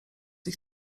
ich